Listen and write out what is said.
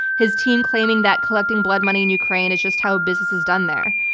his team claiming that collecting blood money in ukraine is just how business is done there.